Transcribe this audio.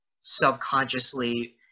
subconsciously